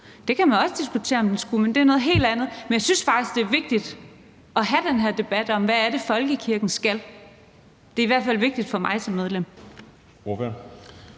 Det kan man også diskutere om den skal være, og jeg synes faktisk, det er vigtigt at have den her debat om, hvad det er, folkekirken skal. Det er i hvert fald vigtigt for mig som medlem.